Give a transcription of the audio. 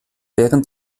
während